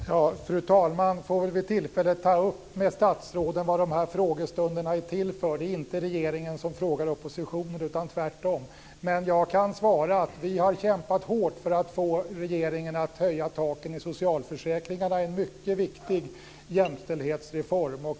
Fru talman! Fru talman får väl vid tillfälle ta upp med statsråden vad de här frågestunderna är till för. Det är inte regeringen som ska fråga oppositionen utan tvärtom. Men jag kan svara att vi har kämpat hårt för att få regeringen att höja taken i socialförsäkringarna. Det är en mycket viktig jämställdhetsreform.